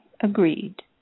agreed